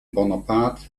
bonaparte